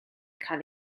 cael